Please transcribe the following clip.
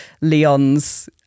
leon's